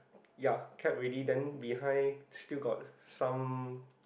ya cap already then behind still got some